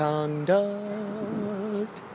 Conduct